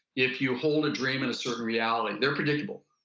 if you hold a dream in a certain reality they're predictable.